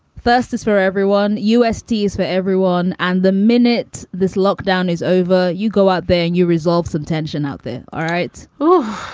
first is where everyone usd for everyone. and the minute this lockdown is over, you go out. then you resolve some tension out there. all right